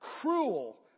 cruel